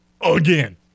Again